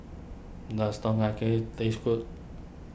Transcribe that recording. does Tom Kha Gai taste good